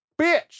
bitch